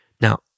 Now